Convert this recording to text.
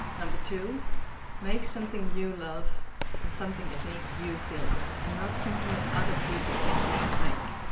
number two make something you love and something that makes you feel good and not something that other people think you should make.